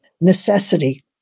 necessity